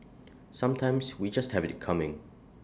sometimes we just have IT coming